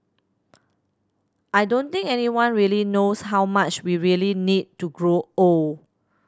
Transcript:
I don't think anyone really knows how much we really need to grow old